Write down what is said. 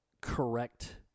correct